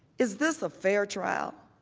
is this a fair trial?